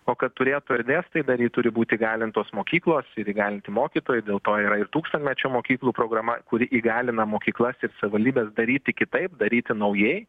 o kad turėtų erdvės tai daryt turi būt įgalintos mokyklos ir įgalinti mokytojai dėl to yra ir tūkstantmečio mokyklų programa kuri įgalina mokyklas ir savivaldybes daryti kitaip daryti naujai